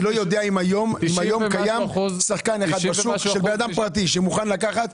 אני לא יודע אם היום קיים שחקן אחד בשוק של בן אדם פרטי שמוכן לקחת.